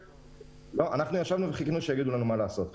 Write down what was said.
אנחנו לא חיכינו שיגידו לנו מה לעשות.